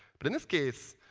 but in this case,